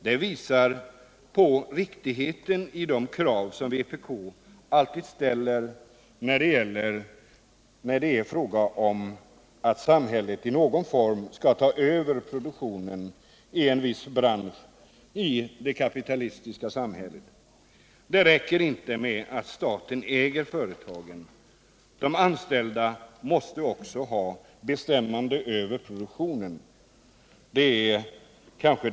Det visar på riktigheten i de krav som vpk alltid ställer när det är fråga om att samhället i någon form skall ta över produktionen i en viss bransch i det kapitalistiska samhället. Det räcker inte med att staten äger företagen. De anställda måste också ha bestämmande över produktionen — det är en avgörande fråga.